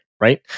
right